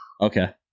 okay